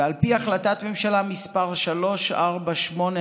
ועל פי החלטת ממשלה מס' 3481,